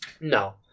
no